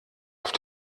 auf